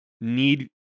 need